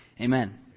amen